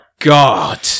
God